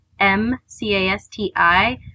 mcasti